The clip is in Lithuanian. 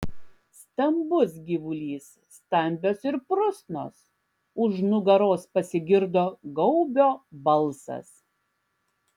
stambus gyvulys stambios ir prusnos už nugaros pasigirdo gaubio balsas